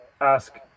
ask